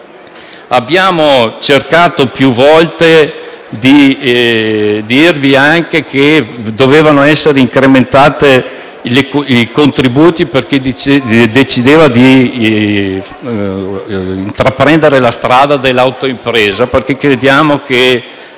Abbiamo poi cercato più volte di dirvi anche che dovevano essere incrementati i contributi per chi decidesse di intraprendere la strada dell'autoimpresa, perché crediamo che